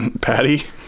patty